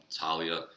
Talia